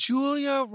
Julia